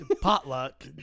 potluck